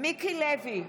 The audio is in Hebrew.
מיקי לוי,